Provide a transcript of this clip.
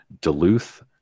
Duluth